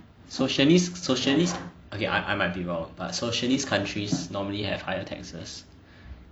socialist socialist okay I I might be wrong but socialist countries normally have higher taxes